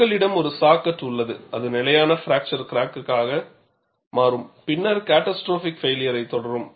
உங்களிடம் ஒரு saw cut உள்ளது அது நிலையான பிராக்சர் கிராக்காக மாறும் பின்னர் கேடாஸ்ட்ரோபிக் பைளியர் தொடரும்